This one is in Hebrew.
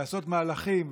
לעשות מהלכים